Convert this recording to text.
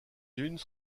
unes